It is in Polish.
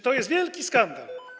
To jest wielki skandal.